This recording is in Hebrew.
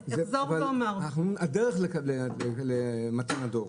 אנחנו מדברים על הדרך למתן הדוח,